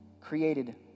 Created